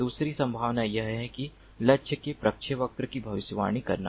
दूसरी संभावना यह है कि लक्ष्य के प्रक्षेपवक्र की भविष्यवाणी करना